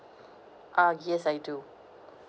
ah yes I do